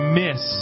miss